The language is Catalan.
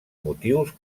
motius